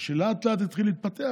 וכשלאט-לאט זה התחיל להתפתח,